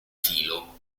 filo